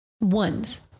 ones